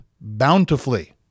bountifully